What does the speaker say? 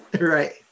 right